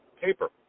paper